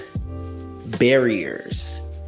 barriers